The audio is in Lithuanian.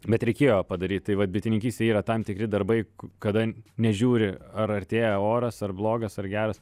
bet reikėjo padaryt tai vat bitininkystėj yra tam tikri darbai kada nežiūri ar artėja oras ar blogas ar geras